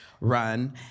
run